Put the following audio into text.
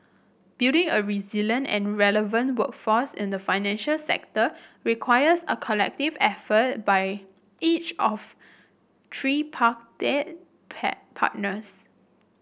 building a resilient and relevant workforce in the financial sector requires a collective effort by each of partners